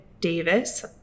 Davis